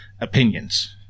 opinions